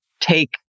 Take